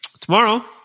tomorrow